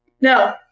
No